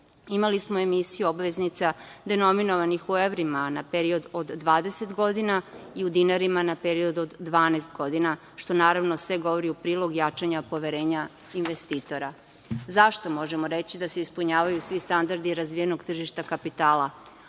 Imali smo emisiju obveznica gde nominovanih u evrima na period od 20 godina i u dinarima na period od 12 godina, što naravno sve govori u prilog jačanja poverenja investitora.Zašto možemo reći da se ispunjavaju svi standardi razvijenog tržišta kapitala?